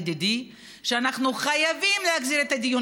ידידי: אנחנו חייבים להחזיר את הדיון